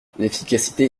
l’efficacité